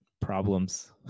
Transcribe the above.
problems